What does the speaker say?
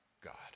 God